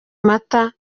mata